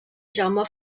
jaume